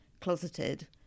closeted